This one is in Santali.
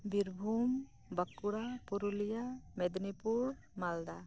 ᱵᱤᱨᱵᱷᱩᱢ ᱵᱟᱸᱠᱩᱲᱟ ᱯᱩᱨᱩᱞᱤᱭᱟ ᱢᱮᱫᱽᱱᱤᱯᱩᱨ ᱢᱟᱞᱫᱟ